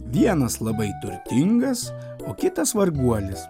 vienas labai turtingas o kitas varguolis